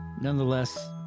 Nonetheless